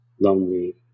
lonely